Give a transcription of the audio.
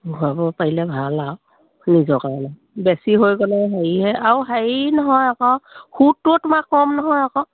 ভৰাব পাৰিলে ভাল আৰু নিজৰ কাৰণে বেছি হৈ গ'লে হেৰিহে আৰু হেৰি নহয় আকৌ সুতটো তোমাৰ কম নহয় আকৌ